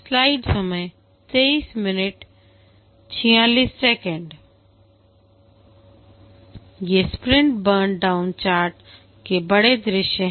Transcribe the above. ये sprint burn down chart के बड़े दृश्य हैं